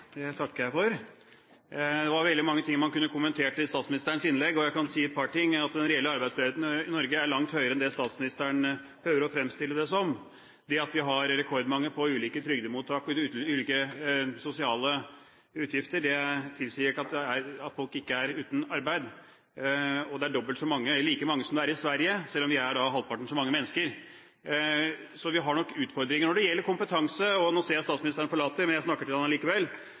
Det takker jeg for. Det var veldig mange ting man kunne kommentert i statsministerens innlegg, og jeg kan si et par ting. Den reelle arbeidsledigheten i Norge er langt høyere enn det statsministeren prøver å fremstille det som. Det at vi har rekordmange på ulike trygdetiltak og sosiale utgifter, tilsier ikke at folk ikke er uten arbeid. Det er like mange som det er i Sverige, selv om vi er halvparten så mange mennesker. Så vi har nok utfordringer. Når det gjelder kompetanse – og nå ser jeg statsministeren forlate oss, men jeg snakker til ham allikevel